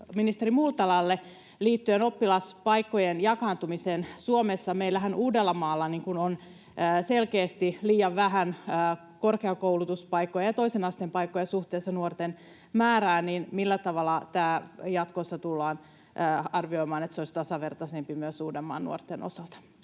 ministeri Multalalle liittyen oppilaspaikkojen jakaantumiseen Suomessa. Meillähän Uudellamaalla on selkeästi liian vähän korkeakoulutuspaikkoja ja toisen asteen paikkoja suhteessa nuorten määrään. Millä tavalla tämä jatkossa tullaan arvioimaan, että se olisi tasavertaisempi myös Uudenmaan nuorten osalta?